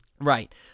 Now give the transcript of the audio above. Right